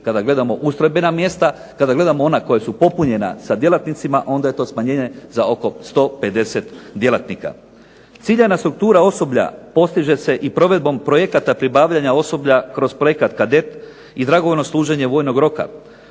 kada gledamo ustrojbena mjesta, kada gledamo ona koja su popunjena sa djelatnicima onda je to smanjenje za oko 150 djelatnika. Ciljana struktura osoblja postiže se i provedbom projekta pribavljanja osoblja kroz projekat "Kadet" i dragovoljno služenje vojnog roka,